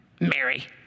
Mary